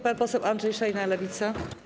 Pan poseł Andrzej Szejna, Lewica.